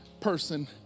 person